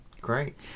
Great